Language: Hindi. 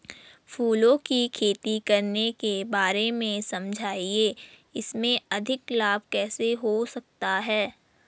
फूलों की खेती करने के बारे में समझाइये इसमें अधिक लाभ कैसे हो सकता है?